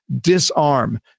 disarm